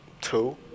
two